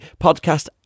podcast